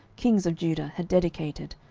kings of judah, had dedicated,